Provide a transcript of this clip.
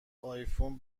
آیفون